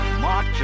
march